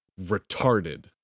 retarded